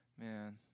Man